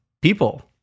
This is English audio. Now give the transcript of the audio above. people